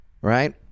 Right